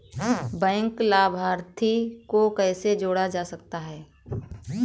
Bank लाभार्थी को कैसे जोड़ा जा सकता है?